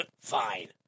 Fine